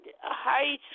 high